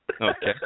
Okay